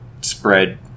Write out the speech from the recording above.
spread